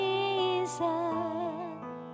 Jesus